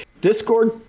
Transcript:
Discord